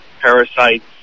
parasites